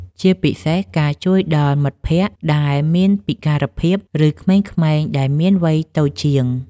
ជាពិសេសការជួយដល់មិត្តភក្ដិដែលមានពិការភាព ឬក្មេងៗដែលមានវ័យតូចជាង។